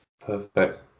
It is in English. perfect